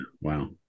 wow